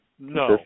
No